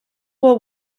will